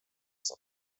saab